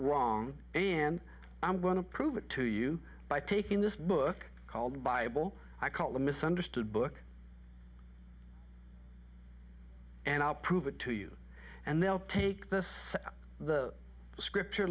wrong and i'm going to prove it to you by taking this book called bible i call the misunderstood book and i'll prove it to you and they'll take this the scripture